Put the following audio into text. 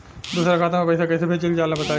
दोसरा खाता में पईसा कइसे भेजल जाला बताई?